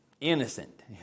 innocent